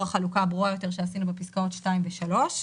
החלוקה הברורה יותר שעשינו בפסקאות (2) ו-(3),